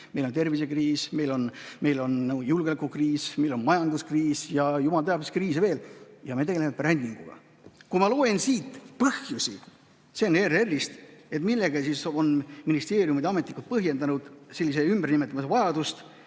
meil on tervisekriis, meil on julgeolekukriis, meil on majanduskriis ja jumal teab mis kriisid veel. Ja me tegeleme brändinguga! Ma loen siit põhjusi – need on pärit ERR‑ist –, millega siis on ministeeriumide ametnikud põhjendanud sellise ümbernimetamise vajadust.